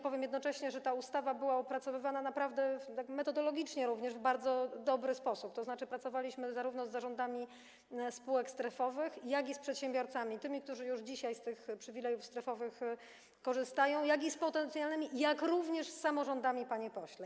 Powiem jednocześnie, że ta ustawa była opracowywana naprawdę, również metodologicznie, w bardzo dobry sposób, tzn. pracowaliśmy zarówno z zarządami spółek strefowych, jak i z przedsiębiorcami - z tymi, którzy już dzisiaj korzystają z tych przywilejów strefowych, jak i z potencjalnymi - jak również z samorządami, panie pośle.